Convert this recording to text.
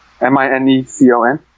M-I-N-E-C-O-N